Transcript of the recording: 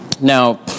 Now